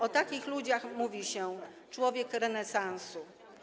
O takich ludziach mówi się: człowiek renesansu.